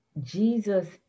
Jesus